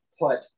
put